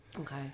Okay